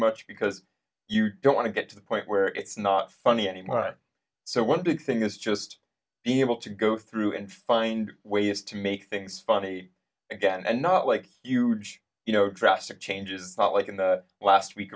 much because you don't want to get to the point where it's not funny anymore i'm so one big thing is just being able to go through and find ways to make things funny again and not like huge you know drastic changes not like in the last week